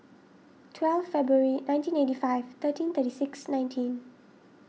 twelve February nineteen eighty five thirteen thirty six nineteen